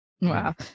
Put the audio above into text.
wow